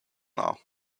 now